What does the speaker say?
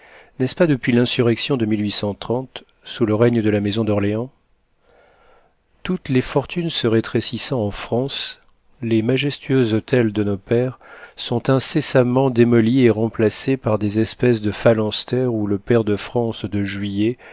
n'est-ce pas depuis l'insurrection de sous le règne de la maison d'orléans toutes les fortunes se rétrécissant en france les majestueux hôtels de nos pères sont incessamment démolis et remplacés par des espèces de phalanstères où le pair de france de juillet